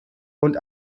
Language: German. und